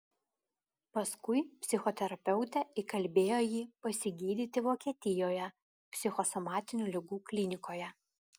paskui psichoterapeutė įkalbėjo jį pasigydyti vokietijoje psichosomatinių ligų klinikoje